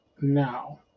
Now